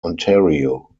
ontario